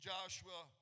Joshua